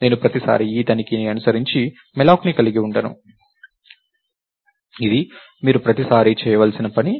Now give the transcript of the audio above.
నేను ప్రతిసారీ ఈ తనిఖీని అనుసరించి mallocని కలిగి ఉండను ఇది మీరు ప్రతిసారీ చేయవలసిన పని